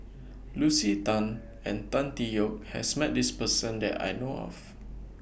Lucy Tan and Tan Tee Yoke has Met This Person that I know of